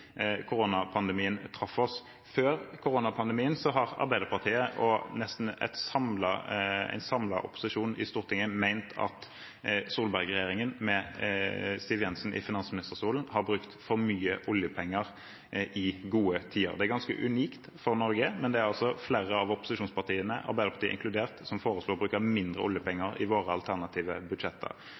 Koronapandemien traff oss. Før koronapandemien har Arbeiderpartiet og nesten en samlet opposisjon i Stortinget ment at Solberg-regjeringen med Siv Jensen i finansministerstolen har brukt for mye oljepenger i gode tider. Det er ganske unikt for Norge, men det er altså flere av opposisjonspartiene, Arbeiderpartiet inkludert, som foreslår å bruke mindre oljepenger i våre alternative budsjetter.